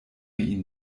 ihn